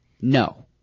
no